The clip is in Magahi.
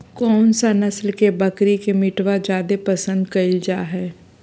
कौन सा नस्ल के बकरी के मीटबा जादे पसंद कइल जा हइ?